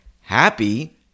happy